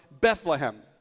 Bethlehem